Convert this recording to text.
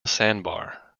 sandbar